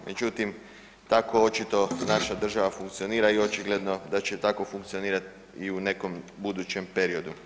Međutim, tako očito naša država funkcionira i očigledno da će tako funkcionirat i u nekom budućem periodu.